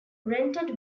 rented